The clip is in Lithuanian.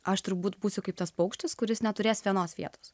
aš turbūt būsiu kaip tas paukštis kuris neturės vienos vietos